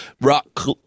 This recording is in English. rock